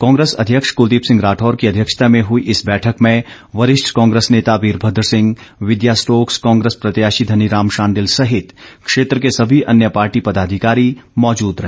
कांग्रेस अध्यक्ष कुलदीप सिंह राठौर की अध्यक्षता में हुई इस बैठक में वरिष्ठ कांग्रेस नेता वीरभद्र सिह विद्या स्टोक्स कांग्रेस प्रत्याशी धनीराम शांडिल सहित क्षेत्र के सभी अन्य पार्टी पदाधिकारी मौजूद रहे